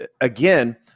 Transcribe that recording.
again